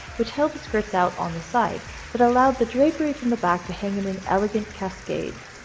which held the skirts out on the side but allowed the drapery from the back to hang in an elegant cascade.